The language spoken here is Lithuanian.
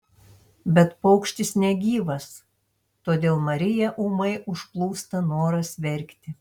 bet paukštis negyvas todėl mariją ūmai užplūsta noras verkti